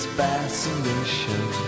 fascination